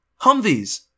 Humvees